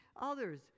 others